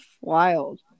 wild